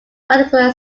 particular